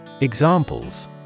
Examples